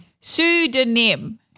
Pseudonym